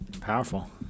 Powerful